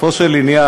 בסופו של עניין,